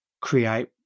create